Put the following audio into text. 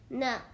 no